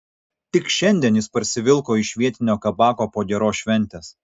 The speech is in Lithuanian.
tik šiandien jis parsivilko iš vietinio kabako po geros šventės